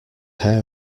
hair